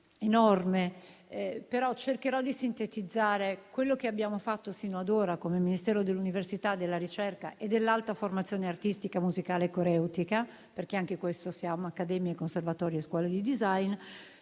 enorme, però cercherò di sintetizzare quello che abbiamo fatto sino ad ora come Ministero dell'università, della ricerca e dell'alta formazione artistica musicale e coreutica (perché ci occupiamo anche di accademie, conservatori e scuole di *design*),